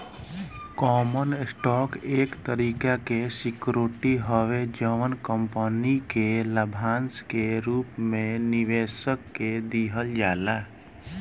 common stock एक तरीका के सिक्योरिटी हवे जवन कंपनी के लाभांश के रूप में निवेशक के दिहल जाला